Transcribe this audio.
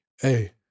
hey